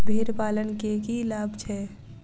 भेड़ पालन केँ की लाभ छै?